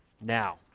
now